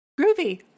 Groovy